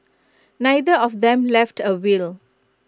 neither of them left A will